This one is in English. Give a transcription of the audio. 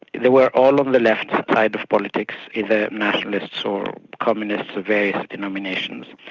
they were all on the left side of politics, either nationalists or communists of various denominations,